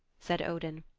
said odin,